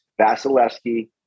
Vasilevsky